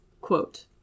quote